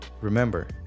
Remember